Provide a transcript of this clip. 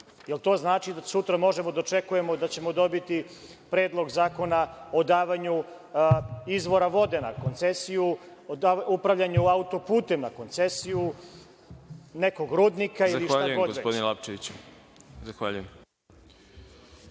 Jel to znači da sutra možemo da očekujemo da ćemo dobiti predlog zakona o davanju izvora vode na koncesiju, upravljanje autoputem na koncesiju, nekog rudnika, ili šta god već? **Đorđe Milićević** Zahvaljujem gospodine Lapčeviću. Na